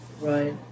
Right